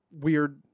weird